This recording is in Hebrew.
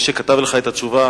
מי שכתב לך את התשובה,